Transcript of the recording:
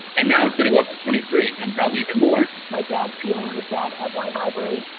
and now it's gonna go up to twenty three and probably even more. my dad's dealing with that at wine library.